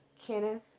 kenneth